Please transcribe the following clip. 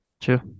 True